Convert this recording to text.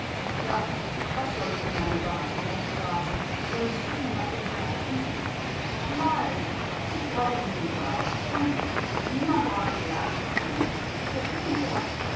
ja was soll ich in meiner überraschung dazu sagen es tut mir natürlich leid um sie leid ich brauche ihnen nicht leid zu tun niemand brauche ich leid zu tun ich verbitte mir das